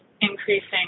increasing